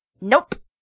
Nope